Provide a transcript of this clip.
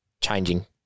changing